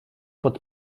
pod